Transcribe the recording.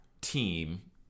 team